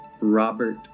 Robert